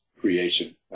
creation